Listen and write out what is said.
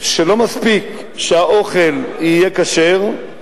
לא מספיק שהאוכל יהיה כשר,